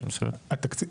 התקציב,